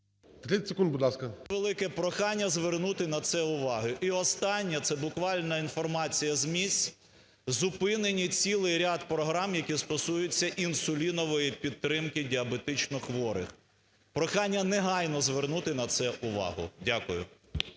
30 секунд, будь ласка. СОБОЛЄВ С.В. Велике прохання звернути на це увагу. І останнє. Це буквально інформація з місць. Зупинені цілий ряд програм, які стосуються інсулінової підтримкидіабетично хворих. Прохання негайно звернути на це увагу. Дякую.